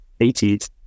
80s